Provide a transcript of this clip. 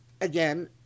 again